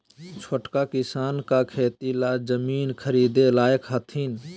छोटका किसान का खेती ला जमीन ख़रीदे लायक हथीन?